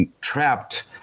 trapped